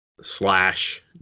slash